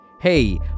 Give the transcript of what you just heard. hey